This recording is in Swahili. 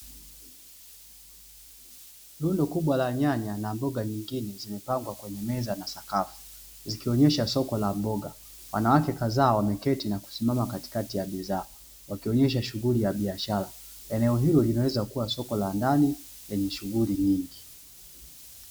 Lundo kubwa la nyanya na mboga nyingine zimepangwa kwenye meza na sakafu zikionyesha soko la mboga, wanawake kadhaa wameketi na kusimama katikati ya bidhaa wakionyesha shughuli ya biashara, eneo hilo linaweza kuwa soko la ndani lenye shughuli nyingi.